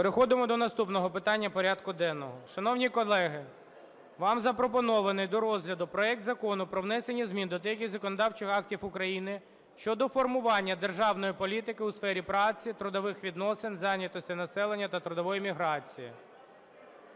Переходимо до наступного питання порядку денного. Шановні колеги, вам запропоновано до розгляду проект Закону про внесення змін до деяких законодавчих актів України щодо формування державної політики у сфері праці, трудових відносин, зайнятості населення та трудової міграції